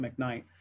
McKnight